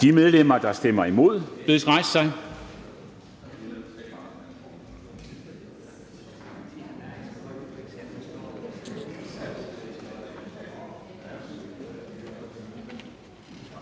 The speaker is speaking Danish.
De medlemmer, der stemmer imod,